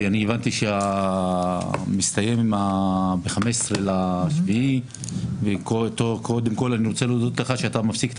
ואני הבנתי שמסתיים ב-15.7 וקודם כל אני רוצה להודות לך שאתה מפסיק את